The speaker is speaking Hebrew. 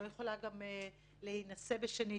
היא לא יכולה גם להינשא בשנית.